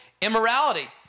immorality